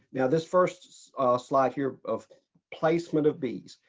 now this first slide here of placement of bees.